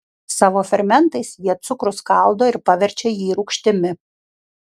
savo fermentais jie cukrų skaldo ir paverčia jį rūgštimi